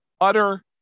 utter